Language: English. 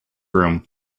room